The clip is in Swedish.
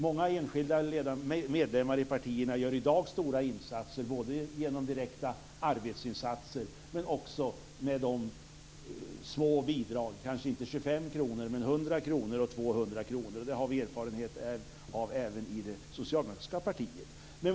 Många enskilda medlemmar i partierna gör i dag stora insatser både genom direkta arbetsinsatser och genom små bidrag - kanske inte 25 kr men 100 eller 200 kr. Det har vi erfarenhet av även i det socialdemokratiska partiet.